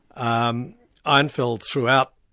um einfeld, throughout,